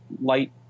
light